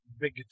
Big